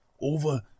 Over